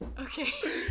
okay